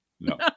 No